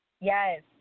Yes